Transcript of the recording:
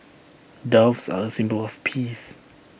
doves are A symbol of peace